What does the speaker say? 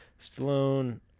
Stallone